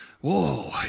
Whoa